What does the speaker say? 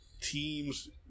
teams